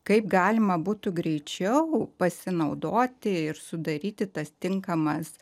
kaip galima būtų greičiau pasinaudoti ir sudaryti tas tinkamas